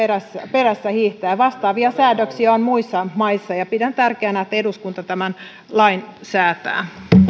perässähiihtäjä vastaavia säädöksiä on muissa maissa ja pidän tärkeänä että eduskunta tämän lain säätää